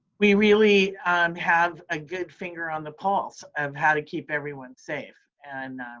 we really have a good finger on the pulse of how to keep everyone safe and